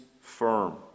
firm